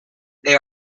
they